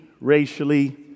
racially